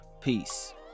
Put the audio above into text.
peace